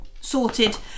sorted